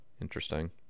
interesting